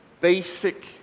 basic